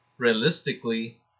Realistically